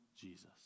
Jesus